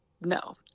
no